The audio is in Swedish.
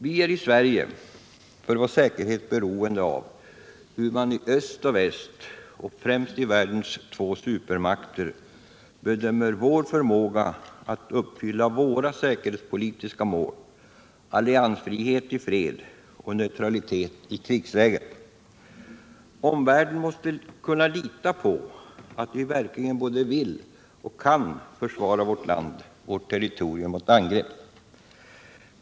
Vi är i Sverige för vår säkerhet beroende av hur man i öst och väst och främst i världens två supermakter bedömer vår förmåga att uppfylla våra säkerhetspolitiska mål, alliansfrihet i fred och neutralitet i krigslägen. Omvärlden måste kunna lita på att vi verkligen både vill och kan försvara vårt land och vårt territorium mot angrepp.